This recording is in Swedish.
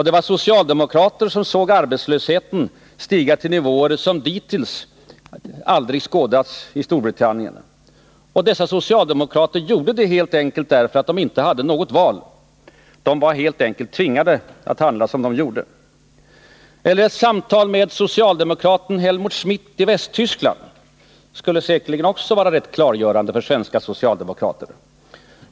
Det var socialdemokrater som såg arbetslösheten stiga till nivåer som dittills aldrig skådats i Storbritannien. Och dessa socialdemokrater gjorde detta därför att de inte hade något val. De var helt enkelt tvingade att handla som de gjorde. Ett samtal med socialdemokraten Helmut Schmidt i Västtyskland skulle säkerligen också vara rätt klargörande för svenska socialdemokrater.